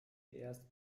erst